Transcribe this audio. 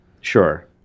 Sure